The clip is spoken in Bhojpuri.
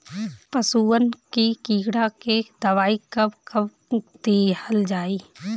पशुअन मैं कीड़ा के दवाई कब कब दिहल जाई?